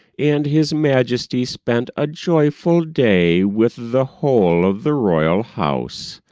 and his majesty spent a joyful day with the whole of the royal house.